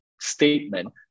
statement